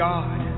God